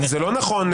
זה לא נכון.